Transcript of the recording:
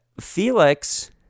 Felix